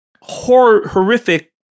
horrific